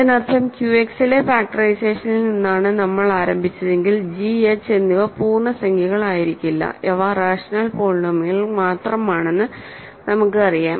അതിനർത്ഥം QX ലെ ഫാക്റ്ററൈസേഷനിൽ നിന്നാണ് നമ്മൾ ആരംഭിച്ചതെങ്കിൽ g h എന്നിവ പൂർണ്ണ സംഖ്യകളായിരിക്കില്ല അവ റാഷണൽ പോളിനോമിയലുകൾ മാത്രമാണെന്ന് നമുക്ക് അറിയാം